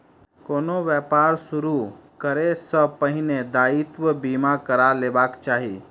कोनो व्यापार शुरू करै सॅ पहिने दायित्व बीमा करा लेबाक चाही